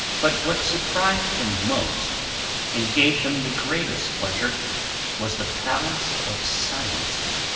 but what surprised him most and gave him the greatest pleasure was the palace of sciences,